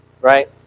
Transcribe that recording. right